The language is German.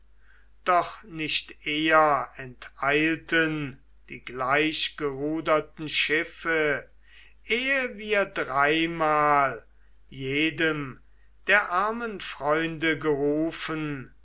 doch nicht eher enteilten die gleichgeruderten schiffe ehe wir dreimal jedem der armen freunde gerufen